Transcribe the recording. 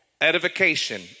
Edification